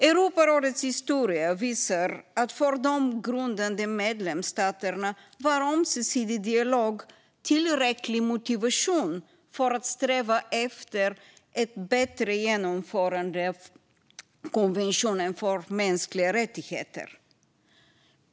Europarådets historia visar att för de grundande medlemsstaterna var ömsesidig dialog tillräcklig motivation för att sträva efter ett bättre genomförande av konventionen för mänskliga rättigheter.